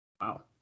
Wow